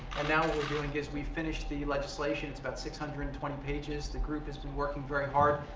and now we're doing as we finish the legislation, it's about six hundred and twenty pages. the group has been working very hard,